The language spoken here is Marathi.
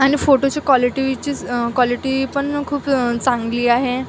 आणि फोटोची क्वालिटीची क्वालिटी पण खूप चांगली आहे